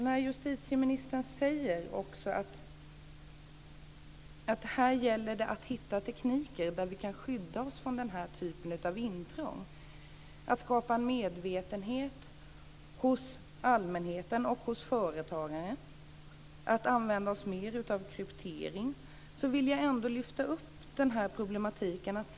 När justitieministern säger att det gäller att hitta tekniker som kan skydda oss från den här typen av intrång, att det gäller att skapa medvetenhet hos allmänheten och hos företagare och att vi måste använda oss mer av kryptering vill jag ändå lyfta upp den här problematiken.